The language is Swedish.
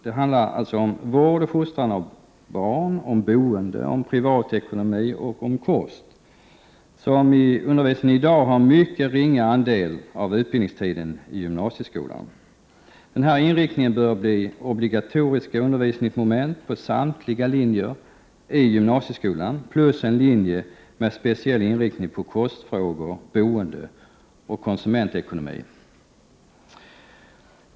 Det handlar alltså om vård och fostran av barn, om boende, om privatekonomi och om kost, ämnen som i dag har en mycket ringa andel av utbildningstiden i gymnasieskolan. Den här inriktningen och dessa ämnen bör bli obligatoriska undervisningsmoment på samtliga linjer i gymnasieskolan samt i en linje med speciell inriktning på kostfrågor, boende och konsumentekonomi.